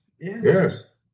Yes